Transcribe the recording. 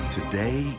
Today